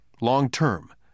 long-term